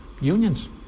unions